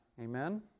Amen